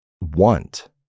want